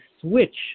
switch